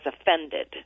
offended